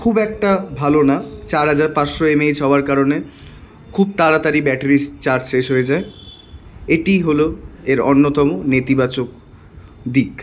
খুব একটা ভালো না চার হাজার পাঁচশো এমএএইচ হওয়ার কারণে খুব তাড়াতাড়ি ব্যাটারির চার্জ শেষ হয়ে যায় এটিই হল এর অন্যতম নেতিবাচক দিক